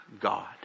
God